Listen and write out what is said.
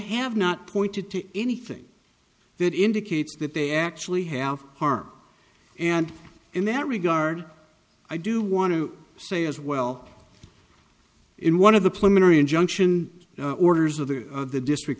have not pointed to anything that indicates that they actually have harmed and in that regard i do want to say as well in one of the plenary injunction orders of the district